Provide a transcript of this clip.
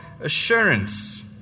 assurance